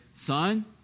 Son